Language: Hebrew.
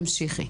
תמשיכי.